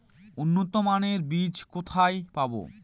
উন্নতমানের বীজ কোথায় পাব?